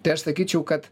tai aš sakyčiau kad